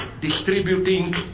distributing